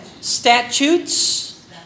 Statutes